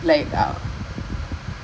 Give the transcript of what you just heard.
oh ya chinese typing damn sad ya